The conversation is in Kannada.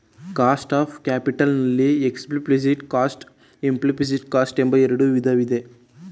ಕಾಸ್ಟ್ ಆಫ್ ಕ್ಯಾಪಿಟಲ್ ನಲ್ಲಿ ಎಕ್ಸ್ಪ್ಲಿಸಿಟ್ ಕಾಸ್ಟ್, ಇಂಪ್ಲೀಸ್ಟ್ ಕಾಸ್ಟ್ ಎಂಬ ಎರಡು ವಿಧ ಇದೆ